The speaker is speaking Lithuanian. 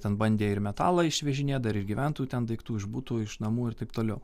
ten bandė ir metalą išvežinėt dar ir gyventojų ten daiktų iš butų iš namų ir taip toliau